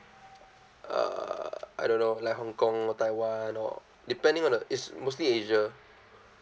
uh I don't know like hong kong or taiwan or depending on the it's mostly asia